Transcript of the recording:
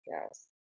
Yes